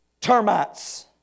termites